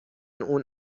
اون